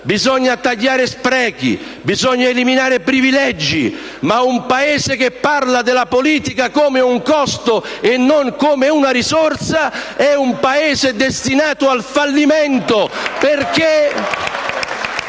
Bisogna tagliare sprechi. Bisogna eliminare privilegi. Ma un Paese che parla della politica come un costo e non come una risorsa è destinato al fallimento